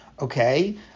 Okay